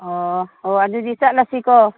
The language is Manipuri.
ꯑꯣ ꯑꯣ ꯑꯗꯨꯗꯤ ꯆꯠꯂꯁꯤꯀꯣ